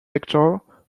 vector